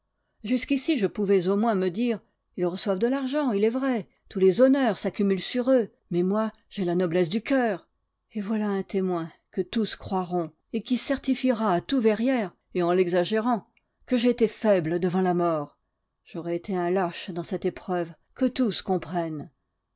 jusqu'ici je pouvais au moins me dire ils reçoivent de l'argent il est vrai tous les honneurs s'accumulent sur eux mais moi j'ai la noblesse du coeur et voilà un témoin que tous croiront et qui certifiera à tout verrières et en l'exagérant que j'ai été faible devant la mort j'aurai été un lâche dans cette épreuve que tous comprennent